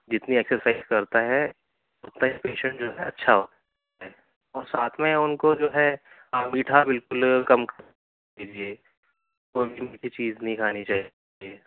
جتنی ایکسرسائز کرتا ہے اتنا ہی پیسنٹ جو ہے اچھا ہو ہے اور ساتھ میں اُن كو جو ہے میٹھا بالكل کم کر دیجیے کوئی میٹھی چیز نہ کھانی چاہیے